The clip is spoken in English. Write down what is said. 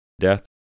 death